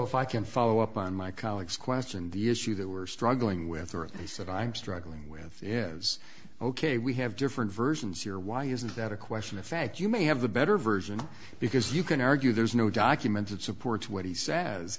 if i can follow up on my colleague's question the issue that we're struggling with or they said i'm struggling with is ok we have different versions here why isn't that a question of fact you may have the better version because you can argue there's no document that supports what he says